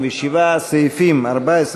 57. סעיפים 14,